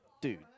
dude